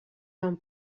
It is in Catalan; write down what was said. fan